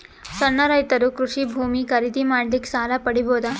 ಸಣ್ಣ ರೈತರು ಕೃಷಿ ಭೂಮಿ ಖರೀದಿ ಮಾಡ್ಲಿಕ್ಕ ಸಾಲ ಪಡಿಬೋದ?